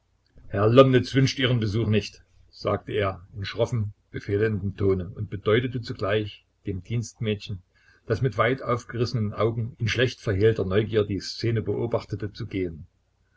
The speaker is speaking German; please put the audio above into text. herr lomnitz wünscht ihren besuch nicht sagte er in schroffem befehlendem tone und bedeutete zugleich dem dienstmädchen das mit weit aufgerissenen augen in schlecht verhehlter neugier die szene beobachtete zu gehen